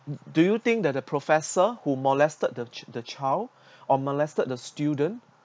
do you think that a professor who molested the the child or molested the student